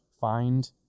Find